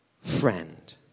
friend